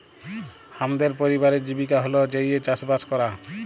হামদের পরিবারের জীবিকা হল্য যাঁইয়ে চাসবাস করা